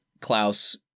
Klaus